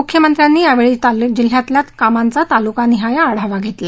मुख्यमंत्र्यांनी यावेळी जिल्ह्यातील कामांचा तालुकानिहाय आढावा घेतला